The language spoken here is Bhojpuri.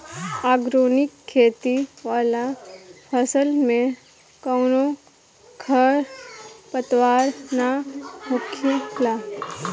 ऑर्गेनिक खेती वाला फसल में कवनो खर पतवार ना होखेला